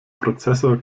prozessor